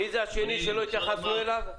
מי זה השני שלא התייחסנו אליו?